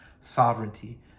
sovereignty